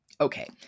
Okay